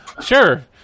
Sure